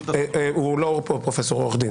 הוא לא פרופ', הוא עו"ד,